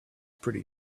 pretty